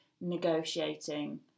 negotiating